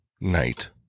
night